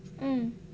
mm